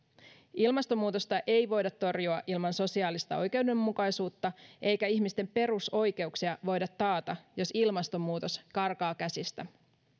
ilmastonmuutosta ei voida torjua ilman sosiaalista oikeudenmukaisuutta eikä ihmisten perusoikeuksia voida taata jos ilmastonmuutos karkaa käsistä